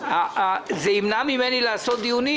דבר שימנע ממני לעשות דיונים.